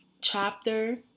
chapter